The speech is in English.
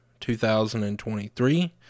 2023